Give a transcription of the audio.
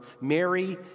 Mary